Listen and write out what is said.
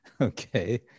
Okay